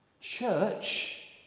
Church